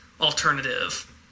alternative